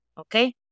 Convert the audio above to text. Okay